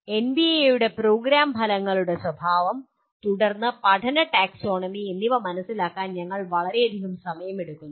എൻബിഎയുടെ programme ഫലങ്ങളുടെ സ്വഭാവം തുടർന്ന് പഠന ടാക്സോണമി എന്നിവ മനസിലാക്കാൻ ഞങ്ങൾ വളരെയധികം സമയമെടുക്കുന്നു